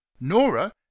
nora